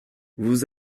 vous